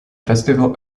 festival